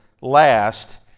last